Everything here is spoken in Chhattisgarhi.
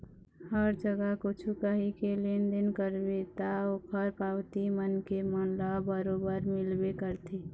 हर जगा कछु काही के लेन देन करबे ता ओखर पावती मनखे मन ल बरोबर मिलबे करथे